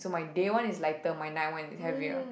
so my day one is lighter my night one is heavier